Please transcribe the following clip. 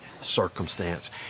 circumstance